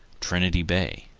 trinity bay,